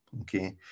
okay